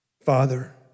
Father